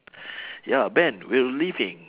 ya ben we're leaving